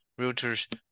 realtors